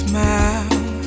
Smile